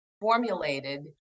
formulated